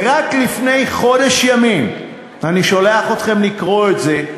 רק לפני חודש ימים, אני שולח אתכם לקרוא את זה,